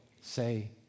say